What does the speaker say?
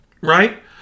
right